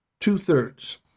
Two-thirds